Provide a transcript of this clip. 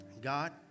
God